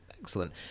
Excellent